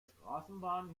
straßenbahn